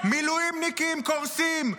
מילואימניקים קורסים,